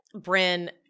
Bryn